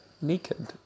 naked